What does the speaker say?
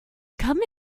come